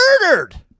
murdered